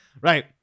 right